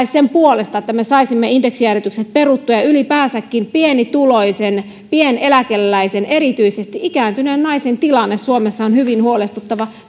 sen puolesta että me saisimme indeksijäädytyksen peruttua ylipäänsäkin pienituloisen erityisesti pieneläkeläisen ikääntyneen naisen tilanne suomessa on hyvin huolestuttava